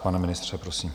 Pane ministře, prosím.